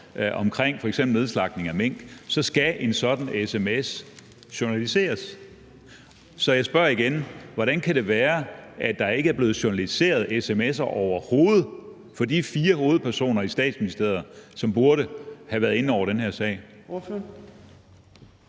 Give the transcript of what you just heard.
om f.eks. nedslagtning af mink i en sms, skal en sådan sms journaliseres. Så jeg spørger igen: Hvordan kan det være, at der ikke er blevet journaliseret sms'er overhovedet fra de fire hovedpersoner i Statsministeriet, som burde have været ind over den her sag?